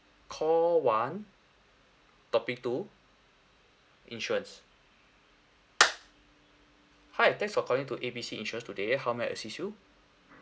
call one topic two insurance hi thanks for calling to A B C insurance today how may I assist you